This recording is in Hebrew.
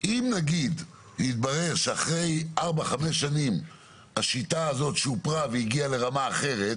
אם נגיד יתברר שאחרי ארבע-חמש שנים השיטה הזאת שופרה והגיעה לרמה אחרת,